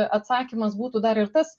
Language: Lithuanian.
atsakymas būtų dar ir tas